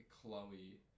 Chloe